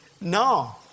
No